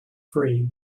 free